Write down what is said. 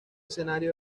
escenario